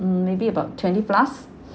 mm maybe about twenty plus